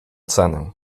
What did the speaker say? cenę